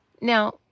Now